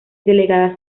delegada